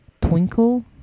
twinkle